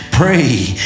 Pray